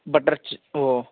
butter وہ